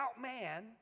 man